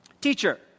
teacher